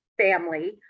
family